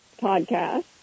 podcast